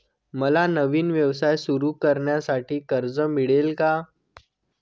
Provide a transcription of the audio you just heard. मला नवीन व्यवसाय सुरू करण्यासाठी कर्ज मिळेल का?